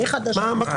מה קורה פה?